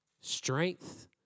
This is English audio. strength